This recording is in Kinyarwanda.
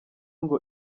ngo